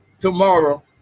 tomorrow